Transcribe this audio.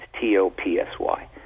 T-O-P-S-Y